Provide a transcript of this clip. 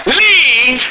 leave